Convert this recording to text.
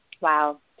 wow